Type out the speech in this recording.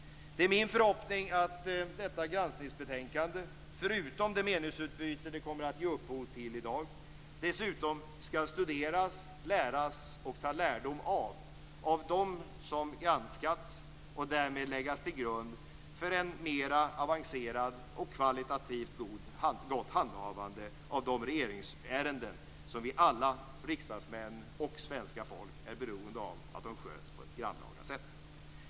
Det är min förhoppning att detta granskningsbetänkande förutom det meningsutbyte som det i dag kommer att ge upphov till dessutom skall studeras och bli inlärt och att de som granskats skall ta lärdom av det. Därmed kan det läggas till grund för ett mera avancerat och kvalitativt gott handhavande av de regeringsärenden vars grannlaga hantering vi alla, riksdagsmän och det svenska folket, är beroende av. Fru talman!